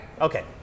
Okay